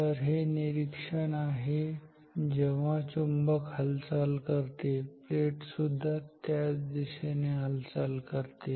तर हे निरीक्षण आहे जेव्हा चुंबक हालचाल करते प्लेट सुद्धा त्याच दिशेने हालचाल करते